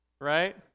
right